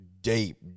deep